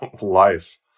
life